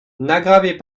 n’aggravez